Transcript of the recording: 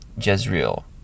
Jezreel